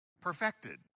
perfected